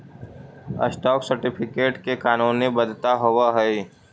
stock certificate के कानूनी वैधता होवऽ हइ